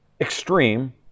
extreme